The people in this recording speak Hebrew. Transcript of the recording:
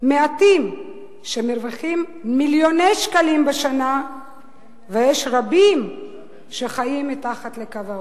מעטים שמרוויחים מיליוני שקלים בשנה ויש רבים שחיים מתחת לקו העוני?